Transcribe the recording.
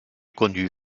conduit